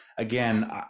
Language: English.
Again